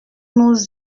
nous